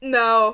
no